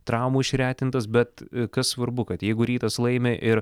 traumų išretintas bet kas svarbu kad jeigu rytas laimi ir